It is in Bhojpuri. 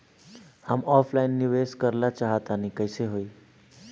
हम ऑफलाइन निवेस करलऽ चाह तनि कइसे होई?